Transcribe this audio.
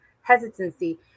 hesitancy